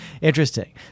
Interesting